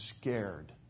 scared